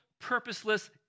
purposeless